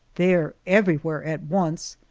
there, everywhere at once,